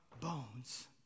bones